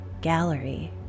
gallery